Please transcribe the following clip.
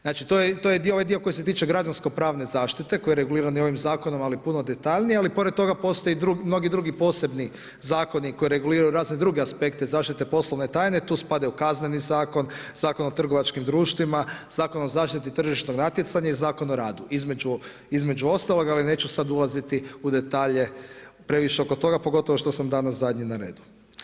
Znači, to je ovaj dio koji se tiče građansko pravne zaštite koji je reguliran i ovim zakonom ali puno detaljnije, ali pored toga postoje mnogi drugi posebni zakoni koji reguliraju razne druge aspekte zaštite poslovne tajne, tu spadaju Kazneni zakon, Zakon o trgovačkim društvima, Zakon o zaštiti tržišnog natjecanja i Zakon o radu između ostalog ali neću sad ulaziti u detalje previše oko toga pogotovo što sam danas zadnji na redu.